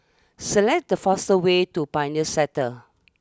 select the fastest way to Pioneer Sector